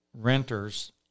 renters